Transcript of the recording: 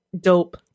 Dope